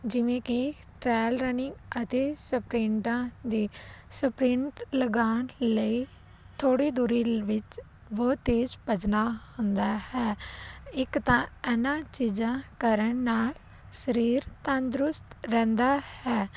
ਜਿਵੇਂ ਕਿ trial running ਅਤੇ ਸਪਰੇਂਡਾਂ ਦੇ ਸੁਪਰਿੰਟ ਲਗਾਉਣ ਲਈ ਥੋੜ੍ਹੀ ਦੂਰੀ ਵਿੱਚ ਬਹੁਤ ਤੇਜ਼ ਭੱਜਣਾ ਹੁੰਦਾ ਹੈ ਇੱਕ ਤਾਂ ਇਹਨਾਂ ਚੀਜ਼ਾਂ ਕਰਨ ਨਾਲ ਸਰੀਰ ਤੰਦਰੁਸਤ ਰਹਿੰਦਾ ਹੈ